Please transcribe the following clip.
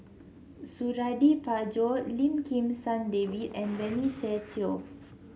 Suradi Parjo Lim Kim San David and Benny Se Teo